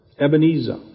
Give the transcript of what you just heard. Ebenezer